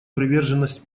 приверженность